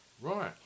Right